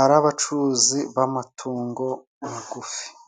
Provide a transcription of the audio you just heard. ari abacuruzi b'amatungo magufi.